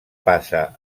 passa